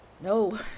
No